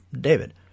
David